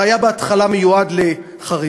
בהתחלה זה היה מיועד לחרדים,